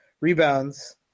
rebounds